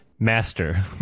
Master